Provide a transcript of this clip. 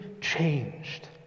changed